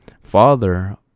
father